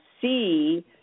see